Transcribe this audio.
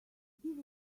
give